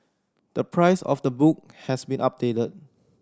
the price of the book has been updated